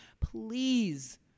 please